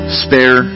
spare